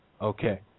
Okay